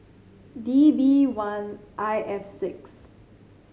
D B one I F six